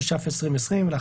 התש"ף 2020 (להלן,